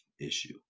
issue